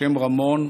השם רמון,